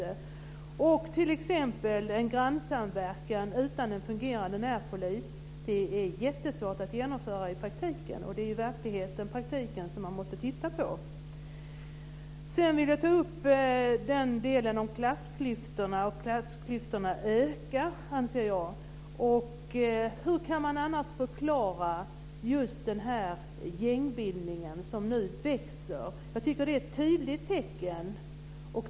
Det är jättesvårt att i praktiken genomföra en grannsamverkan utan en fungerande närpolis. Det är verkligheten och praktiken man måste titta på. Klassklyftorna ökar, anser jag. Hur kan man annars förklara den gängbildning som växer fram? Det är ett tydligt tecken.